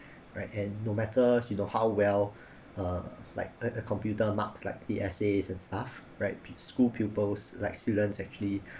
right and no matter you know how well uh like a a computer marks like the essays and stuff right school pupils like students actually